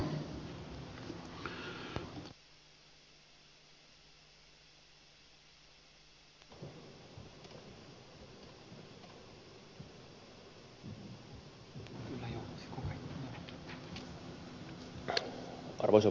arvoisa puhemies